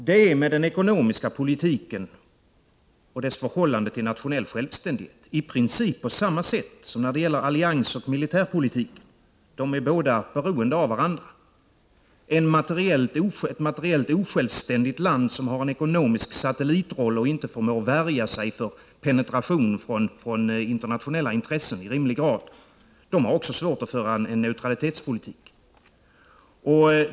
Det är med den ekonomiska politiken och dess förhållande till nationell självständighet i princip på samma sätt som när det gäller allianser och militärpolitik. De är båda beroende av varandra. Ett materiellt osjälvständigt land som har en ekonomisk satellitroll och inte förmår värja sig för penetration från internationella intressen i rimlig grad har också svårt att föra en neutralitetspolitik.